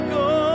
go